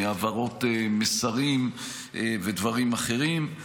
מהעברות מסרים ודברים אחרים.